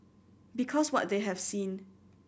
because what they have seen